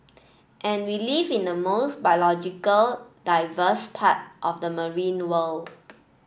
and we live in the most biological diverse part of the marine world